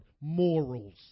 Morals